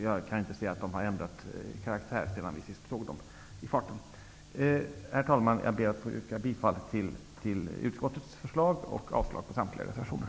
Jag kan inte finna att de har ändrat karaktär sedan vi senast såg dem i farten. Herr talman! Jag ber att få yrka bifall till utskottets förslag och avslag på samtliga reservationer.